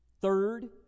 third